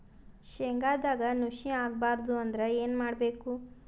ಶೇಂಗದಾಗ ನುಸಿ ಆಗಬಾರದು ಅಂದ್ರ ಏನು ಮಾಡಬೇಕು?